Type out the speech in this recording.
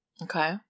Okay